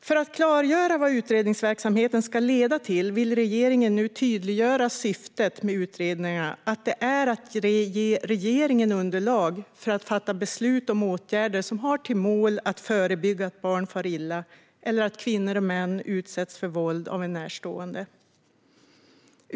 För att klargöra vad utredningsverksamheten ska leda till vill regeringen nu tydliggöra att syftet med utredningarna är att ge regeringen underlag för att fatta beslut om åtgärder som har till mål att förebygga att barn far illa eller att kvinnor och män utsätts för våld av en närstående.